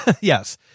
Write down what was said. Yes